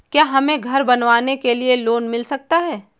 क्या हमें घर बनवाने के लिए लोन मिल सकता है?